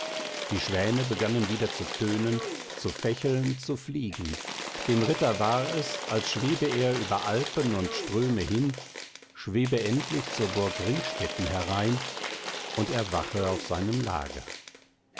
die schwäne begannen wieder zu tönen zu fächeln zu fliegen dem ritter war es als schwebe er über alpen und ströme hin schwebe endlich zur burg ringstetten herein und erwache auf seinem lager